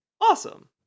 awesome